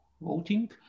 voting